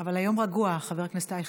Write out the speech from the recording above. אבל היום רגוע, חבר הכנסת אייכלר,